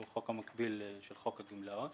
החוק המקביל של חוק הגמלאות,